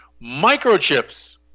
microchips